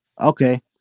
Okay